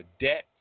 debt